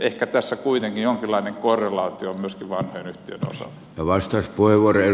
ehkä tässä kuitenkin jonkinlainen korrelaatio on myöskin vanhojen yhtiöiden osalta